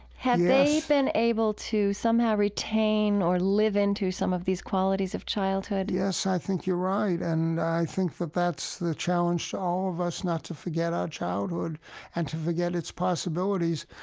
have they been able to somehow retain or live into some of these qualities of childhood? yes, i think you're right. and i think that that's the challenge to all of us, not to forget our childhood and to forget its possibilities.